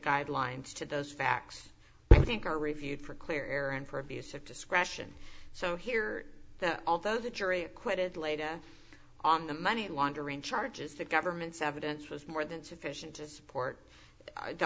guidelines to those facts i think are reviewed for clear air and for abuse of discretion so here although the jury acquitted later on the money laundering charges the government's evidence was more than sufficient to support the